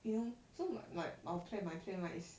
you know so my my our plan my plan right is